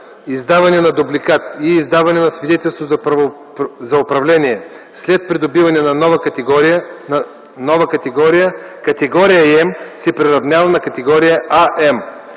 издаване на дубликат и издаване на свидетелство за управление след придобиване на нова категория, категория М се приравнява на категория АМ.